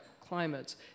climates